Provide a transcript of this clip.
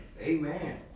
Amen